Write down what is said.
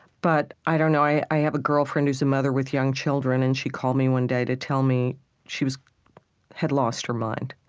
but i don't know. i i have a girlfriend who's a mother with young children, and she called me one day to tell me she had lost her mind,